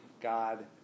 God